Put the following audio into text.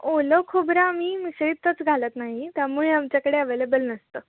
ओलं खोबरं आम्ही मिसळीतच घालत नाही त्यामुळे आमच्याकडे अवेलेबल नसतं